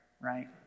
right